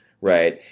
Right